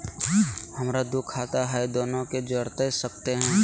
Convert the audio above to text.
हमरा दू खाता हय, दोनो के जोड़ सकते है?